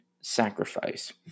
sacrifice